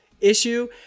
issue